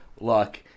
luck